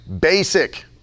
basic